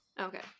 okay